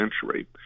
century